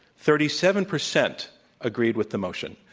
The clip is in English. thirty seven percent agreed with the motion,